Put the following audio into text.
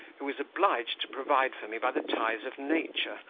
who is obliged to provide for me by the ties of nature,